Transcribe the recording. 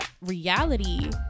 reality